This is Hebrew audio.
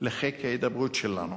לחיק ההידברות שלנו.